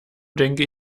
denke